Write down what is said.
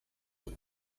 eux